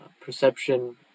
perception